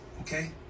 okay